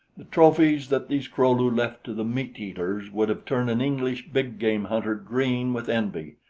the trophies that these kro-lu left to the meat-eaters would have turned an english big-game hunter green with envy.